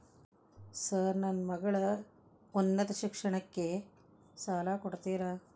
Sir ನನ್ನ ಮಗಳ ಉನ್ನತ ಶಿಕ್ಷಣಕ್ಕೆ ಸಾಲ ಕೊಡುತ್ತೇರಾ?